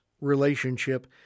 relationship